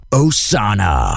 osana